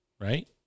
right